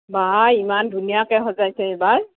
বাঃ ইমান ধুনীয়াকৈ সজাইছে এইবাৰ